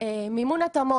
מימון התאמות.